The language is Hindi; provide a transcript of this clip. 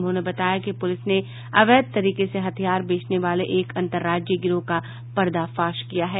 उन्होंने बताया कि पुलिस ने अवैध तरीके से हथियार बेंचने वाले एक अंतर राज्यीय गिरोह को पर्दाफाश किया है